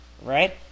right